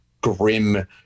grim